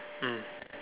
mm